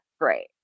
great